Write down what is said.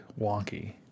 wonky